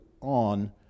On